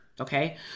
okay